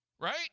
Right